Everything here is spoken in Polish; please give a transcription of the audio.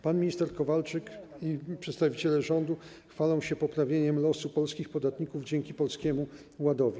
Pan minister Kowalczyk i przedstawiciele rządu chwalą się poprawieniem losu polskich podatników dzięki Polskiemu Ładowi.